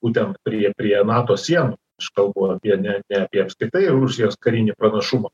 būtent prie prie nato sienų aš kalbu apie ne ne apie apskritai rusijos karinį pranašumą